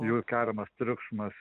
jų keliamas triukšmas